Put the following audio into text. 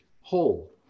hole